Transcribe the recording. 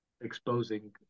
exposing